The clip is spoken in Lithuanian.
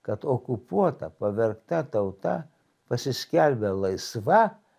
kad okupuota pavergta tauta pasiskelbė laisva